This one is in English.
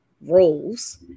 roles